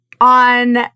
on